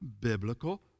biblical